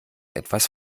etwas